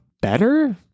better